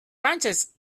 branches